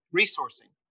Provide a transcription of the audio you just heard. Resourcing